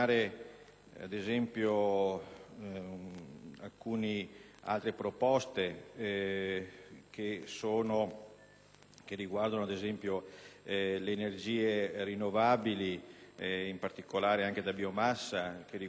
che riguardano, ad esempio, le energie rinnovabili, in particolare da biomassa, che riguardano l'attività sia artigianale sia industriale ma anche agricola.